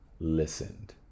listened